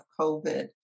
COVID